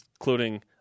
including